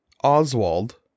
Oswald